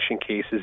cases